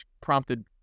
prompted